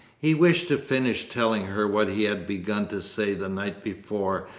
he wished to finish telling her what he had begun to say the night before,